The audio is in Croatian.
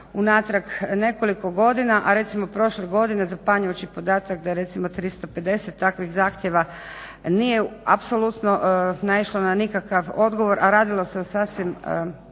unatrag nekoliko godina, a recimo prošle godine zapanjujući podatak da je recimo 350 takvih zahtjeva, nije apsolutno naišlo na nikakav odgovor, a radilo se o sasvim